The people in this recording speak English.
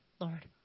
Lord